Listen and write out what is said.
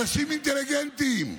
אנשים אינטליגנטים.